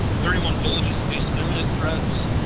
thirty-one villages face imminent threats.